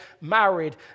married